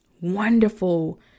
wonderful